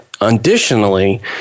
Additionally